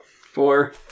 Four